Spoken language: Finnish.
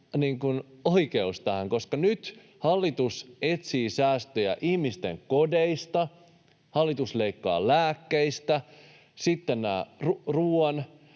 oikeus tähän, koska nyt hallitus etsii säästöjä ihmisten kodeista ja hallitus leikkaa lääkkeistä, ja sitten ovat